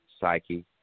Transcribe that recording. psyche